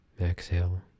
Exhale